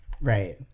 Right